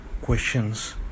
questions